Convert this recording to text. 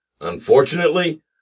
Unfortunately